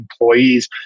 employees